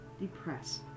depressed